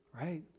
right